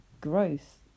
growth